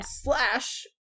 Slash